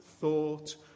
thought